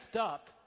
up